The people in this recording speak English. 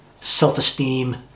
self-esteem